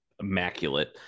immaculate